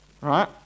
Right